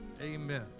Amen